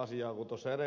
asiaa kuin tuossa edellisessä esityksessä